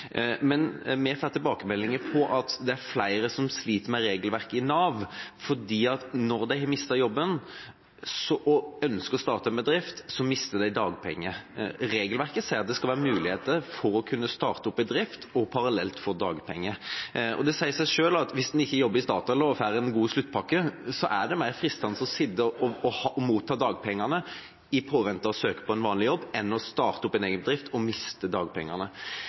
Men vi får tilbakemeldinger om at det er flere som sliter med regelverket i Nav, for når de har mistet jobben og ønsker å starte en bedrift, så mister de dagpenger. Regelverket sier at det skal være mulighet for å kunne starte opp en bedrift og parallelt få dagpenger. Og det sier seg selv at hvis en ikke jobber i Statoil og får en god sluttpakke, er det mer fristende å sitte og motta dagpengene, i påvente av å søke på en vanlig jobb, enn å starte opp en egen bedrift og miste dagpengene.